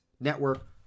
network